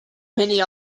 many